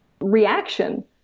reaction